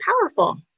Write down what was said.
powerful